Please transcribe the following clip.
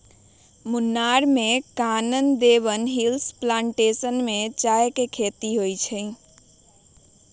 मुन्नार में Kanan Devan hills plantation में चाय के खेती होबा हई